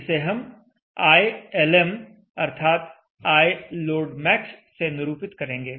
इसे हम ILM अर्थात I लोड मैक्स से निरूपित करेंगे